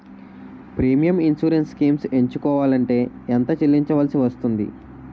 Premium insurance schemes ఎంచుకోవలంటే ఎంత చల్లించాల్సివస్తుంది??